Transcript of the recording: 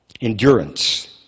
Endurance